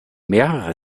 mehrere